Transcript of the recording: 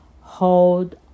Hold